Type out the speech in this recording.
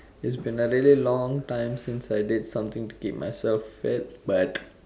it's been a really long time since I did something to keep myself fit but